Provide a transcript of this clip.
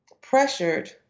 pressured